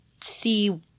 see